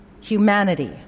Humanity